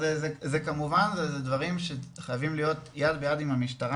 כמובן זה דברים שצריכים להיות יד ביד עם המשטרה,